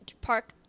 park